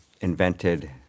invented